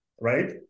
right